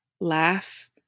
Laugh